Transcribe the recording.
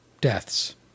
deaths